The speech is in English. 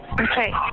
Okay